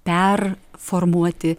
per formuoti